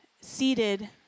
seated